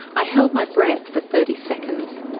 i held my breath for thirty seconds.